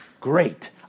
great